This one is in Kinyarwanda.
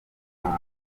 akaba